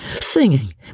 singing